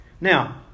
Now